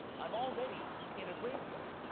i'm already in a graveyard,